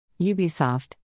Ubisoft